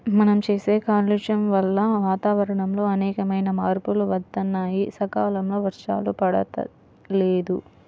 మనం చేసే కాలుష్యం వల్ల వాతావరణంలో అనేకమైన మార్పులు వత్తన్నాయి, సకాలంలో వర్షాలు పడతల్లేదు